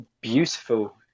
beautiful